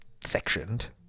sectioned